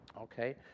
Okay